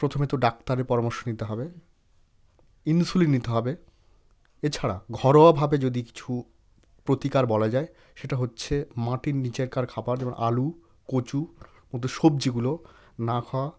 প্রথমে তো ডাক্তারের পরামর্শ নিতে হবে ইনসুলিন নিতে হবে এছাড়া ঘরোয়াভাবে যদি কিছু প্রতিকার বলা যায় সেটা হচ্ছে মাটির নিচেকার খাবার যেমন আলু কচু সবজিগুলো না খাওয়া